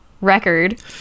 record